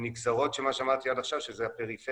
ונגזרות של מה שאמרתי עד עכשיו שזה הפריפריה